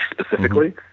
specifically